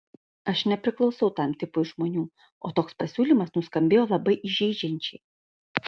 aš nepriklausau tam tipui žmonių o toks pasiūlymas nuskambėjo labai įžeidžiančiai